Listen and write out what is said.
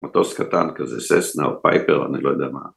‫מטוס קטן כזה, ססנה או פייפר, ‫אני לא יודע מה.